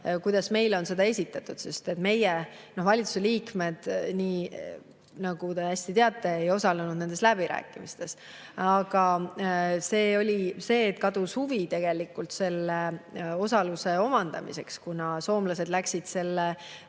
mida meile on seda esitatud, sest meie, valitsuse liikmed, nii nagu te hästi teate, ei osalenud nendes läbirääkimistes. Aga asi oli selles, et tegelikult kadus huvi osaluse omandamiseks, kuna soomlased läksid